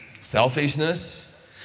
selfishness